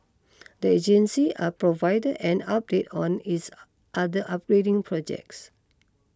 the agency are provided an update on its other upgrading projects